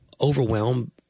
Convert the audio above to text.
overwhelmed